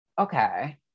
okay